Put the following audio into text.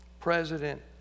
President